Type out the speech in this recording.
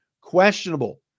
questionable